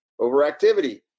overactivity